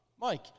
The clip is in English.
Mike